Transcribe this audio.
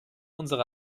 unsere